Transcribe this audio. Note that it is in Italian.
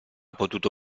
potuto